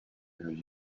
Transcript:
and